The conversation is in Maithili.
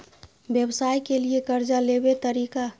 व्यवसाय के लियै कर्जा लेबे तरीका?